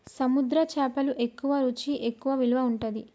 సముద్ర చేపలు ఎక్కువ రుచి ఎక్కువ విలువ ఉంటది